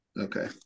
Okay